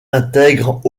intègrent